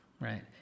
right